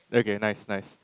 okay nice nice